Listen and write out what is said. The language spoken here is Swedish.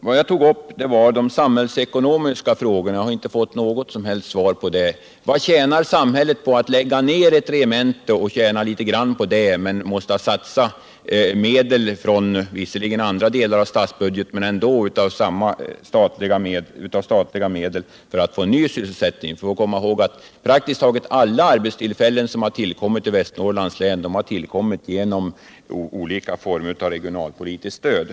Vad jag tog upp var de samhällsekonomiska frågorna — jag har inte fått något som helst svar på det: Vad vinner samhället på att lägga ned ett regemente och tjäna litet grand på det men vara tvunget att satsa medel från andra delar av statsbudgeten för att åstadkomma ny sysselsättning? Vi får komma ihåg att praktiskt taget alla nya arbetstillfällen som tillförts Västernorrlands län har tillkommit genom olika former av regionalpolitiskt stöd.